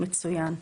מצוין,